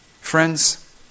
Friends